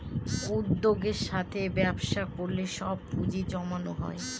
উদ্যোগের সাথে ব্যবসা করলে সব পুজিঁ জমানো হয়